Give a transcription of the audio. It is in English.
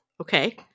okay